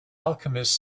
alchemist